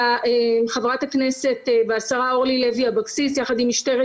חברת הכנסת והשרה אורלי לוי אבקסיס יחד עם משטרת